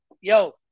yo